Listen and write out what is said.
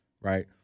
right